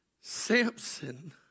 Samson